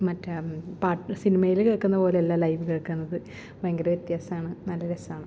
മറ്റേ പാട്ട് സിനിമയില് കേൾക്കുന്ന പോലെ അല്ല ലൈവ് കേൾക്കുന്നത് ഭയങ്കര വ്യത്യാസമാണ് നല്ല രസമാണ്